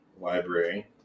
Library